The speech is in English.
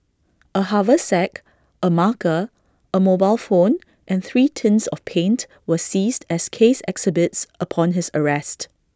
A haversack A marker A mobile phone and three tins of paint were seized as case exhibits upon his arrest